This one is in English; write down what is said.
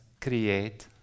create